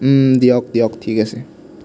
দিয়ক দিয়ক ঠিক আছে